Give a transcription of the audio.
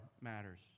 matters